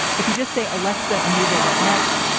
if you just say alexa, enable what next?